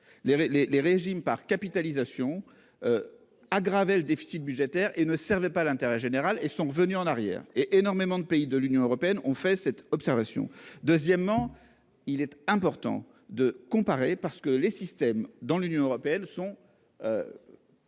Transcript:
les régimes par capitalisation. Aggraver le déficit budgétaire et ne servait pas l'intérêt général et sont revenus en arrière et énormément de pays de l'Union européenne ont fait cette observation. Deuxièmement, il est important de comparer parce que les systèmes dans l'Union européenne sont.